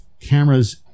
cameras